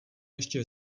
ještě